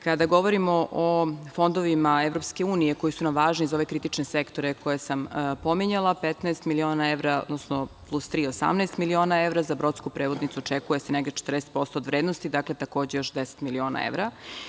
Kada govorimo o fondovima EU koji su nam važni za ove kritične sektore koje sam pominjala, 15 miliona evra, odnosno plus tri, 18 miliona evra za brodsku prevodnicu očekuje se negde 40% od vrednosti, dakle, takođe još 10 miliona evra.